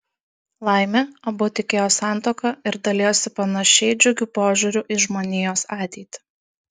laimė abu tikėjo santuoka ir dalijosi panašiai džiugiu požiūriu į žmonijos ateitį